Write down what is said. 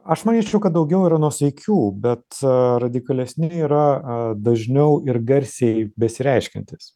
aš manyčiau kad daugiau yra nuosaikių bet radikalesni yra a dažniau ir garsiai besireiškiantys